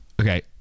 Okay